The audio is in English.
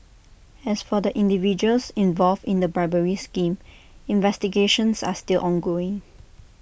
as for the individuals involved in the bribery scheme investigations are still ongoing